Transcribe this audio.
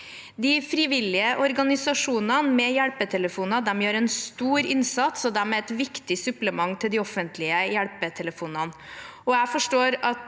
De frivillige organisasjonene med hjelpetelefoner gjør en stor innsats, og de er et viktig supplement til de offentlige hjelpetelefonene.